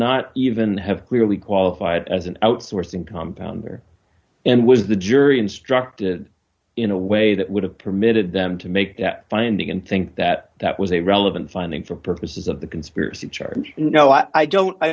not even have clearly qualified as an outsourcing compound there and was the jury instructed in a way that would have permitted them to make that finding and think that that was a relevant finding for purposes of the conspiracy charge and you know i don't i